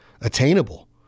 attainable